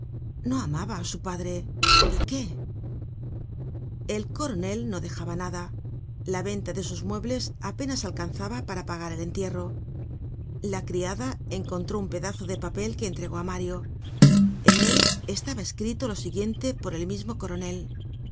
no amaba á su padre y qué el coronel no dejaba nada la venta de sus muebles apenas alcanzaba para pagar el entierro la criada encontró un pedazo de papel que entregó á mario en él estaba escrito lo siguiente por el mismo coronel